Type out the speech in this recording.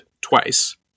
twice